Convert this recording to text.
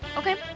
okay.